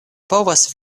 povas